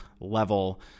level